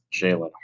Jalen